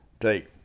take